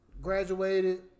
graduated